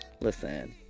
Listen